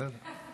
בסדר.